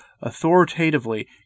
authoritatively